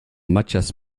matthias